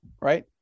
right